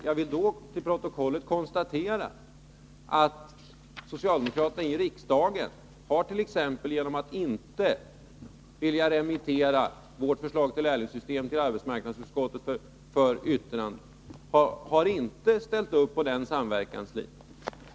Jag vill för protokollet konstatera att socialdemokraterna i riksdagen, t.ex. genom att inte vilja remittera vårt förslag till lärlingssystem till arbetsmarknadsutskottet för yttrande, inte har ställt upp på samverkanslinjen.